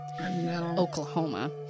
Oklahoma